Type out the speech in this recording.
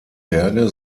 berge